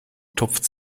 tupft